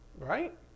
Right